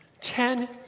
ten